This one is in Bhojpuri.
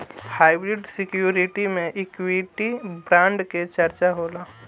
हाइब्रिड सिक्योरिटी में इक्विटी बांड के चर्चा होला